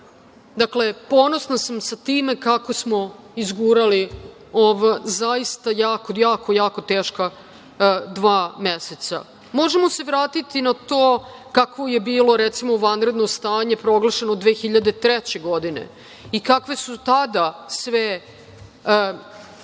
Dakle, ponosna sam sa time kako smo izgurali, zaista jako teška dva meseca. Možemo se vratiti na to kakvo je bilo, recimo, vanredno stanje proglašeno 2003. godine i kakve su tada sve